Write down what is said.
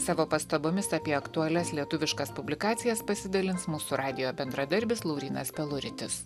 savo pastabomis apie aktualias lietuviškas publikacijas pasidalins mūsų radijo bendradarbis laurynas peluritis